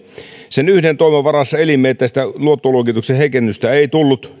sen yhden toivon varassa elimme että sitä luottoluokituksen heikennystä ei tullut